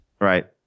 Right